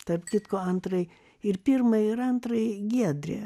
tarp kitko antrąjį ir pirmąjį ir antrąjį giedrė